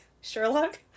Sherlock